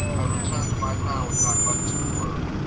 i returned to my crown with not much of a word.